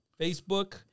Facebook